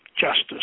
justice